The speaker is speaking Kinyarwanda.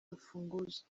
rufunguzo